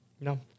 No